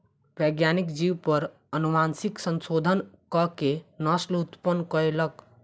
वैज्ञानिक जीव पर अनुवांशिक संशोधन कअ के नस्ल उत्पन्न कयलक